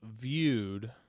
viewed